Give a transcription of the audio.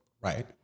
right